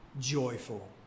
joyful